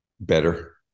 better